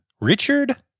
Richard